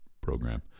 program